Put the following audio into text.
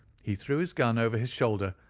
he threw his gun over his shoulder,